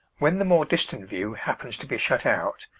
when the more distant view happens to be shut out,